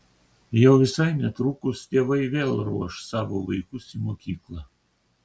jau visai netrukus tėvai vėl ruoš savo vaikus į mokyklą